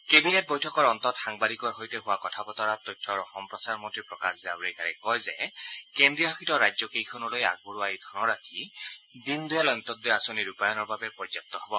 cabinet বৈঠকৰ অন্তত সাংবাদিকৰ সৈতে হোৱা কথা বতৰাত তথ্য আৰু সম্প্ৰচাৰ মন্ত্ৰী প্ৰকাশ জাৱড়েকাৰে কয় যে কেন্দ্ৰীয় শাসিত ৰাজ্যকেইখনলৈ আগবঢ়োৱা এই ধনৰাশি দীনদয়াল অন্তোদয় আঁচনি ৰূপায়ণৰ বাবে পৰ্যাপ্ত হ'ব